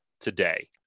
today